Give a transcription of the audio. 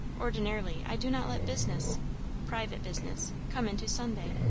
ordinarily i do not let business private business come into sunday.